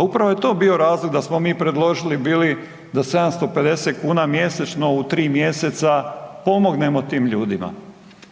upravo je to bio razlog da smo mi predložili bili da 750 kuna mjesečno u 3 mjeseca pomognemo tim ljudima.